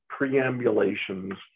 preambulations